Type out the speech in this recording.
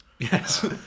Yes